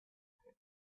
pits